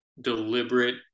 deliberate